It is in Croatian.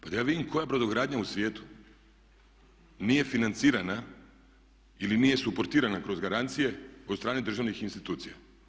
Pa da ja vidim koja brodogradnja u svijetu nije financiranja ili nije suportirana kroz garancije od strane državnih institucija.